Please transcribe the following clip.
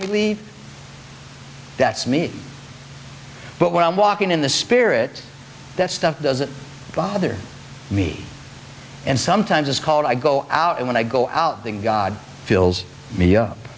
sleep that's me but when i'm walking in the spirit that stuff doesn't bother me and sometimes it's called i go out and when i go out the god fills me up